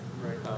Right